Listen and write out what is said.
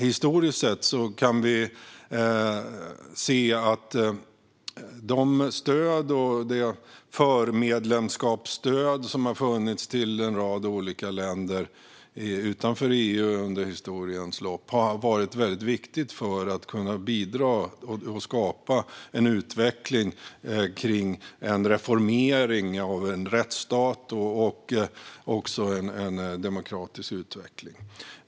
Historiskt kan vi se att de stöd och det förmedlemskapsstöd som getts till en rad olika länder utanför EU har varit viktiga för att bidra till en utveckling mot en reformering av rättsstaten, liksom en demokratisk utveckling.